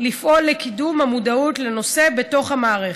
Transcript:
לפעול לקידום המודעות לנושא בתוך המערכת.